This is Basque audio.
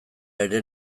ere